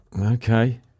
Okay